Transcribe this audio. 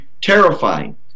terrifying